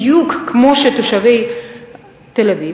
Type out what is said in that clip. בדיוק כמו תושבי תל-אביב,